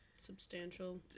substantial